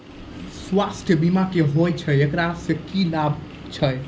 स्वास्थ्य बीमा की होय छै, एकरा से की लाभ छै?